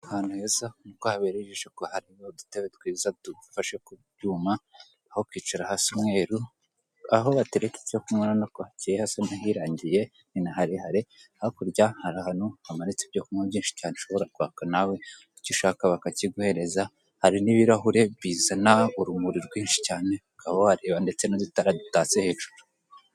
Ahantu heza habereye iji ko harimo udutebe twiza dugufashe ku byuma aho kwicara hasa umweru, aho batereka icyo kunywa urabona ko hakeye hasa n'ahirangiye ni harehare, hakurya hari ahantu hamanitse ibyo kunywa byinshi cyane ushobora kwaka nawe icyo ushaka bakakiguhereza hari n'ibirahure bizana urumuri rwinshi cyane ukaba wareba ndetse n'udutara dutatse hejuru.